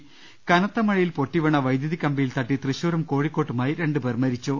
ദർശ്ശിക കനത്ത മഴയിൽ പൊട്ടിവീണ വൈദ്യുതി കമ്പിയിൽ തട്ടി തൃശൂരും കോഴിക്കോട്ടുമായി രണ്ടു പേർ മരിച്ചു